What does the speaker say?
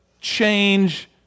change